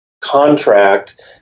contract